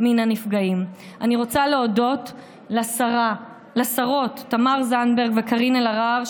אני רוצה להודות לשרות תמר זנדברג וקארין אלהרר,